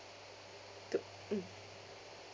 to mm